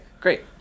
great